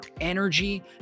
energy